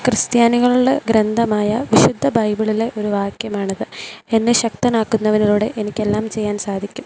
ക്രിസ്ത്യാനികളുടെ ഗ്രന്ഥമായ വിശുദ്ധ ബൈബിളിലെ ഒരു വാക്യമാണത് എന്നെ ശക്തനാക്കുന്നവനിലൂടെ എനിക്ക് എല്ലാം ചെയ്യാൻ സാധിക്കും